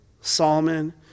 Solomon